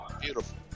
Beautiful